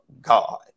God